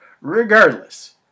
regardless